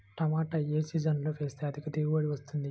టమాటా ఏ సీజన్లో వేస్తే అధిక దిగుబడి వస్తుంది?